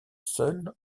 seul